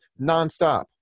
nonstop